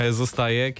zostaje